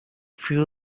few